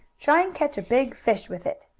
try and catch a big fish with it.